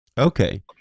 Okay